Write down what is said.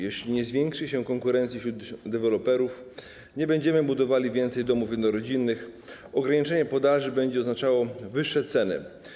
Jeśli nie zwiększy się konkurencji wśród deweloperów, nie będziemy budowali więcej domów jednorodzinnych, ograniczenie podaży będzie oznaczało wyższe ceny.